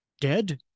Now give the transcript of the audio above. dead